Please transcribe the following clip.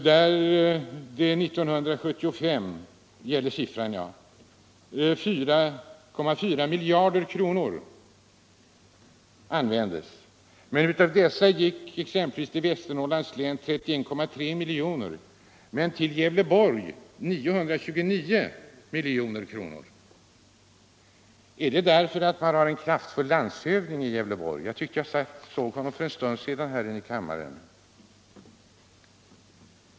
År 1975 användes 4,4 miljarder kronor av investeringsfondernas medel. Av detta belopp gick exempelvis till Västernorrlands län 33,3 miljoner, men till Gävleborgs län 929 milj.kr. Beror det — herr statsråd — på att man har en kraftfull landshövding i Gävleborgs län? Jag tyckte jag såg honom här inne i kammaren för en stund sedan.